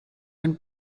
and